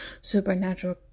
supernatural